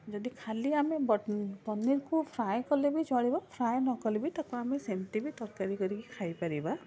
ଯଦି ଖାଲି ଆମେ ପନିର୍ କୁ ଫ୍ରାଏ କଲେବି ଚଳିବ ଫ୍ରାଏ ନକଲେ ବି ତାକୁ ଆମେ ସେମିତି ବି ତରକାରୀ କରିକି ଖାଇପାରିବା